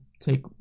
take